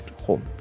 home